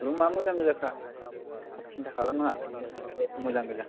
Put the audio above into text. रुमआ मोजां गोजाखा सिनथा खालामनो नाङा मोजां गोजा